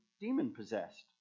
demon-possessed